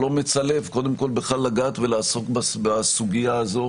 אומץ הלב בכלל לגעת ולעסוק בסוגיה הזו